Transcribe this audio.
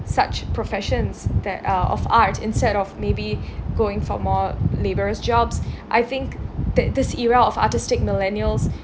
such professions that are of art instead of maybe going for more laborious as jobs I think thi~ this era of artistic millennials